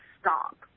stop